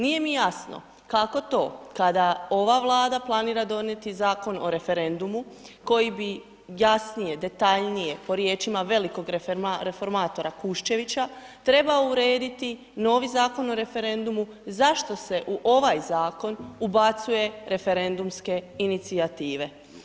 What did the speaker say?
Nije mi jasno kako to kada ova Vlada planira donijeti zakon o referendumu koji bi jasnije, detaljnije po riječima velikog reformatora Kušćevića trebao urediti novi Zakon o referendumu, zašto se u ovaj zakon ubacuje referendumske inicijative.